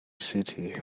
city